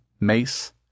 mace